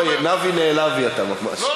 אוי, "נבי נעלבי" אתה ממש.